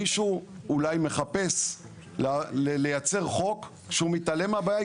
מישהו אולי מחפש לייצר חוק שהוא מתעלם מהבעיה.